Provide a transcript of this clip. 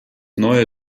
neue